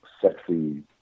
sexy